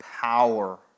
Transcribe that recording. power